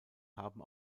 haben